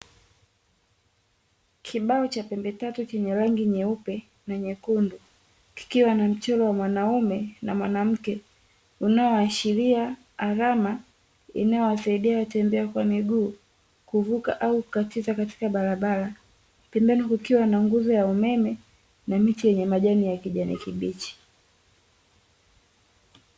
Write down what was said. Kibao cha pembetatu chenye rangi nyeupe na nyekundu kikiwa na mchoro wa mwanaume na mwanamke unaoashiria alama inayowasaidia watembea kwa miguu kuvuka au kukatiza katika barabara. Pembeni kukiwa na nguzo ya umeme na miti yenye majani ya kijani kibichi.